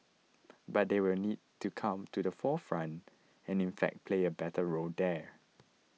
but they will need to come to the forefront and in fact play a better role there